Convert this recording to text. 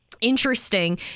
interesting